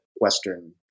Western